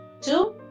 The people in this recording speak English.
Two